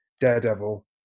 Daredevil